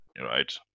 Right